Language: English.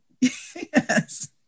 Yes